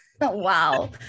Wow